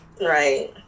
Right